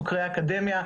חוקרי האקדמיה,